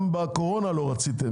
גם בקורונה לא רציתם.